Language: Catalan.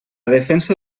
defensa